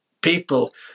people